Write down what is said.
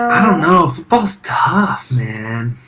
i don't know, football's tough, man.